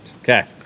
Okay